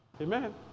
Amen